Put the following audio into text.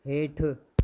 हेठि